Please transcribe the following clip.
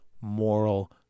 moral